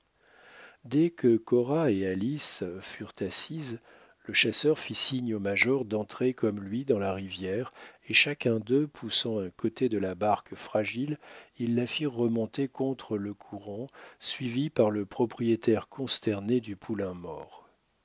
dès que cora et alice furent assises le chasseur fit signe au major d'entrer comme lui dans la rivière et chacun d'eux poussant un côté de la barque fragile ils la firent remonter contre le courant suivis par le propriétaire consterné du poulain mort